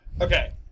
Okay